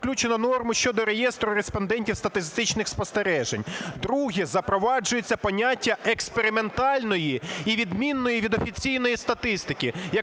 Друге – запроваджується поняття експериментальної і відмінної від офіційної статистики.